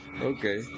Okay